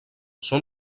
són